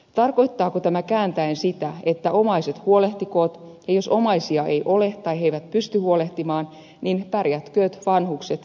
tarkoittaako tämä kääntäen sitä että omaiset huolehtikoot ja jos omaisia ei ole tai he eivät pysty huolehtimaan niin pärjätkööt vanhukset itse